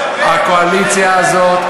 הקואליציה הזאת,